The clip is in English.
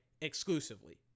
exclusively